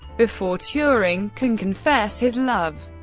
before turing can confess his love,